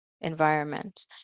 environment